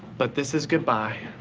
but this is goodbye.